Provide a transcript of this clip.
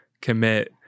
commit